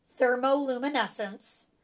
thermoluminescence